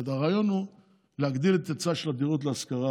הרעיון הוא להגדיל את ההיצע של דירות להשכרה